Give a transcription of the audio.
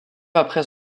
après